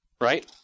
right